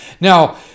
Now